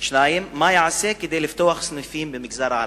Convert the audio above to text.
2. מה ייעשה כדי לפתוח סניפים במגזר הערבי?